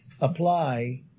apply